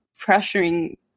pressuring